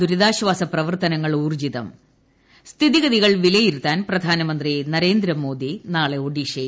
ദൂരിതാശ്വാസ പ്രവർത്ത്നങ്ങൾ ഊർജ്ജിതം സ്ഥിതിഗതികൾ ്വിലയിരുത്താൻ പ്രധാനമന്ത്രി നരേന്ദ്രമോദി നാ്ളെ ഒഡീഷയിൽ